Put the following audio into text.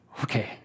Okay